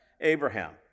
Abraham